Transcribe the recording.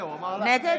נגד